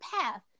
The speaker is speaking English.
path